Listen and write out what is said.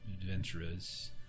adventurers